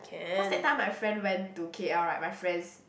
cause that time my friend went to K_L right my friends